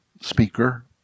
speaker